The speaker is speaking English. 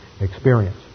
experience